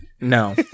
No